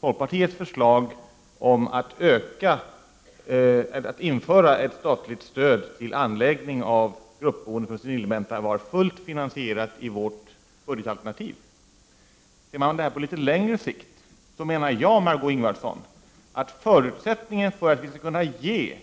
Folkpartiets förslag om att införa ett statligt stöd till anläggning av gruppbostäder för senildementa var fullt finansierat i folkpartiets alternativ. Ser man detta på litet längre sikt menar jag, Margö Ingvardsson, att förutsättningen för att vi skall kunna ge